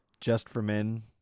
just-for-men